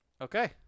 Okay